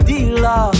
Dealer